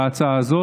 בהצעה הזאת,